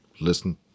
listen